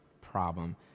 problem